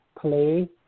Play